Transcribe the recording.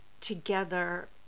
together